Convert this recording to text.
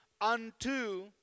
unto